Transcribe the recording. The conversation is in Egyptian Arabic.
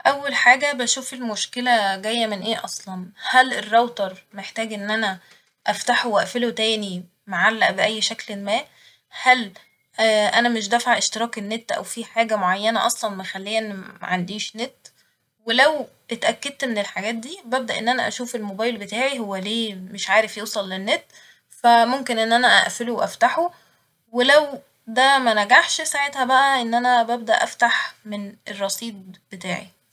أول حاجة بشوف المشكلة جايه من ايه اصلا ، هل الراوتر محتاج إن أنا افتحه وأقفله تاني معلق بأي شكل ما ، هل أنا مش دافعة اشتراك النت أو في حاجة معينة اصلا مخلية إن معنديش نت ، ولو اتأكدت من الحاجات دي ببدأ ان أنا اشوف الموبايل بتاعي هو ليه مش عارف يوصل للنت ف ممكن إن أنا أقفله و افتحه ولو ده منجحش ساعتها بقى إن أنا ببدأ أفتح من الرصيد بتاعي